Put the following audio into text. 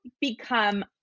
become